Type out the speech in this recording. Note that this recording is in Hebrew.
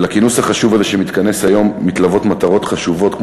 לכינוס החשוב הזה שמתכנס היום מתלוות מטרות חשובות,